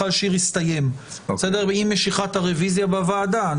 שיר הסתיים עם משיכת הרוויזיה בוועדה.